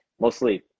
mostly